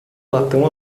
latão